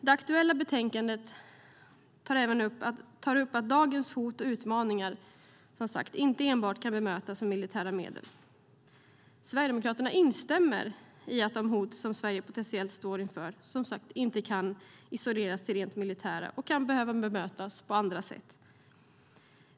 Det aktuella betänkandet tar upp att dagens hot och utmaningar som sagt inte enbart kan bemötas med militära medel. Sverigedemokraterna instämmer i att de hot som Sverige potentiellt står inför inte kan isoleras till rent militära och kan behöva bemötas på andra sätt.